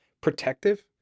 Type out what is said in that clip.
protective